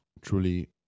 Truly